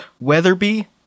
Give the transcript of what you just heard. Weatherby